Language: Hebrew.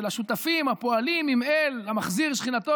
של השותפים הפועלים עם אל המחזיר שכינתו